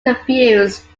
confused